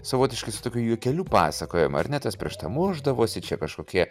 savotiškai su tokiu juokeliu pasakojam ar ne tas prieš tą mušdavosi čia kažkokie